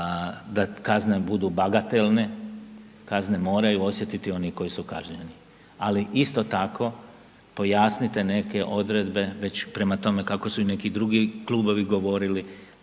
da kazne budu bagatelne, kazne moraju osjetiti oni koji su kažnjeni. Ali, isto tako, pojasnite neke odredbe već prema tome kako su i neki drugi klubovi govorili,